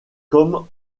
comme